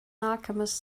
alchemist